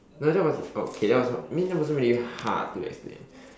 no that was oh okay that was I mean that wasn't really hard to explain